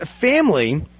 family